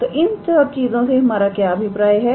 तो इन सब चीजों से हमारा क्या अभिप्राय है